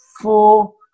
four